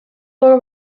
برو